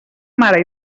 mare